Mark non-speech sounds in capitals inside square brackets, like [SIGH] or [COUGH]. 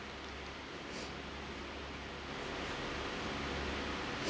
[BREATH]